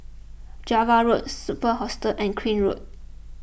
Java Road Superb Hostel and Crane Road